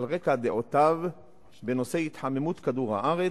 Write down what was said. רקע דעותיו בנושאי התחממות כדור-הארץ,